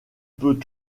peut